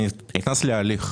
אני נכנס להליך.